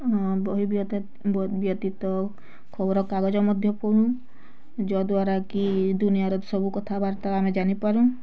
ହଁ ବହି ବ୍ୟତୀତ୍ ବ୍ୟତୀତ ଖବର କାଗଜ ମଧ୍ୟ ପଢୁଁ ଜ ଦ୍ଵାରା କି ଦୁନିଆ ରେ ସବୁ କଥାବାର୍ତ୍ତା ଆମେ ଜାନି ପାରୁଁ